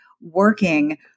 working